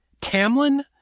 Tamlin